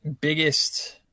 biggest